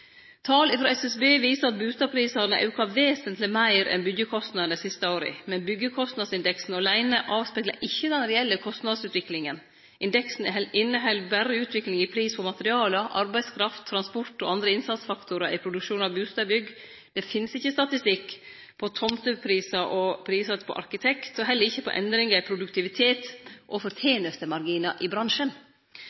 Tal frå SSB viser at bustadprisane har auka vesentleg meir enn byggjekostnadene dei siste åra. Men byggjekostnadsindeksen åleine avspeglar ikkje den reelle kostnadsutviklinga. Indeksen inneheld berre utvikling i prisen på materialar, arbeidskraft, transport og andre innsatsfaktorar i produksjonen i bustadbygg. Det finst ikkje statistikk over tomteprisar eller over prisar for arkitekt – heller ikkje over endringar i produktivitet